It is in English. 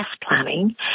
planning